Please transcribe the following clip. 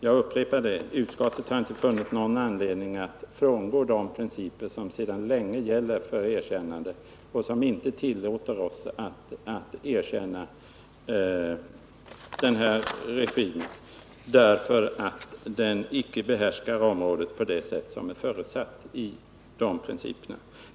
Jag upprepar: Utskottet har inte funnit någon anledning att frångå de principer som sedan länge gäller för svenskt diplomatiskt erkännande och som inte tillåter oss att erkänna denna regim. Orsaken är att den inte behärskar området på sätt som 44 är förutsatt i dessa principer.